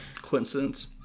Coincidence